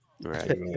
Right